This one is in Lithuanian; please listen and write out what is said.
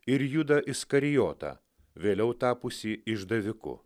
ir judą iskarijotą vėliau tapusį išdaviku